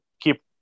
keep